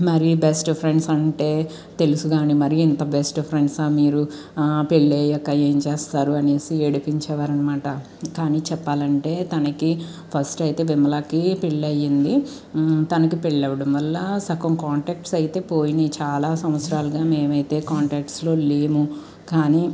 మరి best friends అంటే తెలుసు కానీ మరి ఇంత బెస్ట్ ఫ్రెండ్సా మీరు పెళ్లి అయ్యాక ఏం చేస్తారు అనేసి ఏడిపించేవారు అనమాట కానీ చెప్పాలంటే తనకి ఫస్ట్ అయితే విమలాకి పెళ్లయింది తనకి పెళ్లి అవ్వడం వల్ల సగం కాంటాక్ట్స్ అయితే పోయినాయి చాలా సంవత్సరాలుగా మేమైతే కాంటాక్ట్స్లో లేము కానీ